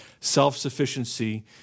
self-sufficiency